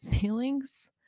feelings